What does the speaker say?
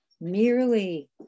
merely